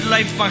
Life